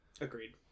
agreed